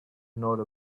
nor